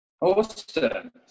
Awesome